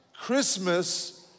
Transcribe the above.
Christmas